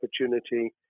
opportunity